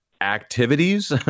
activities